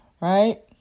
right